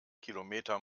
kilometer